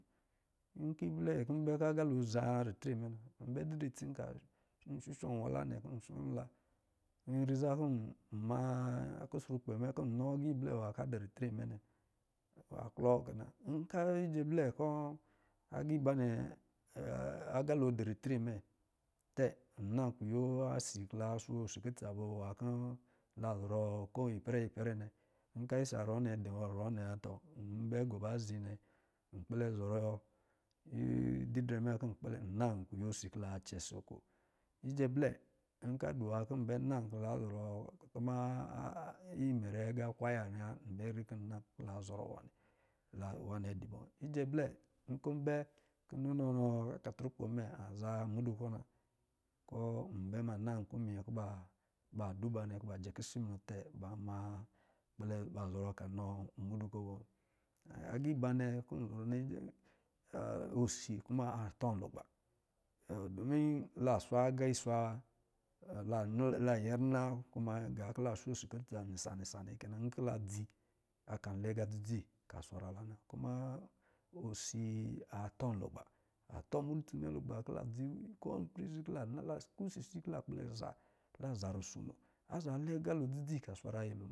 Nkɔ̄ iblɛ kɔ̄ bɛ kɔ̄ agā lo zaa ritre mɛ na, nbɛ didrɛ itsi, kɔ̄ shoshɔ nwala ninɛ kɔ̄ nshɔ nla. nriza kɔ̄ ma kusrukpɛ mɛ kɔ̄ nnɔ agā iblɛ kɔ̄ adɔ̄ ritre mɛ nnɛ. kɔ̄ a klɔ kɛ na. nkɔ̄ ijɛlɛ blɛ kɔ̄ agā iba agā blɛ dɔ ritre mɛ tɛ na kuyo asi kɔ̄ la sho si kutsa bɔ wɔ nwa kɔ̄ la zɔrɔ ko ipɛrɛ-ipɛrɛ nnɛ, nkɔ̄ isa ruwɔ dɔ̄ bɔ isa ruwɔ nnɛ wa tɔ n bɛ gɔ ba zi nnɛ nkpɛlɛ zɔrɔ ididrɛ mɛ, kɔ̄ kpɛlɛ, nan kuyo si kɔ̄ la na cɛ 'si’ oko njɛ blɛ nkɔ̄ adɔ̄ nwa kɔ̄ la na mɛrɛ kutuma kwaya nnɛ wa nbɛ na lan zɔrɔ wa wa nnz dɔ bɔ. njɛ blɛ nkɔ̄ bɛ kɔ̄ ni nɔ akalrɔkpɔ mɛ aza mudu kɔ̄ na. Kɔ̄ nbɛ ma na nkpi minyɛ kɔ̄ ba duba nnɛ kɔ̄ ba jɛ kisi munɔ tɛ ba ma, kpalɛ, zɔrɔ kɔ̄ anɔ mudu kɔ̄ bɔ woo. Agā iba nnɛ kɔ̄ ndɔ̄ zɔrɔ nnɛ ɔsi ruma atɔlugba. Dumi la swa agā iswa wa la nyɛ rina kuma gā kɔ̄ la sho osi kutsa nise nisa kɛ na nkɔ̄ la dzi an lɛ aga dzi-dzi kɔ̄ answara la na. Kuma osi aa tunlugba, atɔ mra itsi mɛ lugha kɔ̄ la dzo ko wini ipɛrɛ si kɔ̄ la na la kɔ̄ la kpɛlɛ za kɔ̄ la za rusono aza lɛ agāl dzidzi kɔ̄ a swara nyɛlo